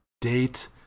date